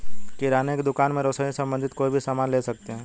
किराने की दुकान में रसोई से संबंधित कोई भी सामान ले सकते हैं